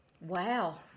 Wow